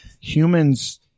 humans